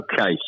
Okay